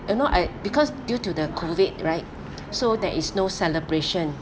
you know I because due to the COVID right so there is no celebration